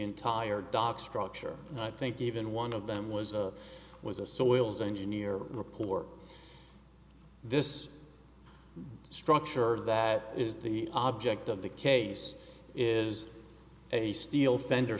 entire doc structure and i think even one of them was a was a soils engineer or poor this structure that is the object of the case is a steel fender